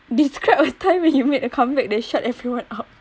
describe a time when you make a come back that shut everyone up